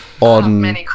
on